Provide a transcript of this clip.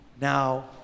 now